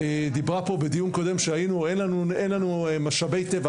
נאמר פה בדיון קודם שאין לנו משאבי טבע.